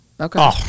Okay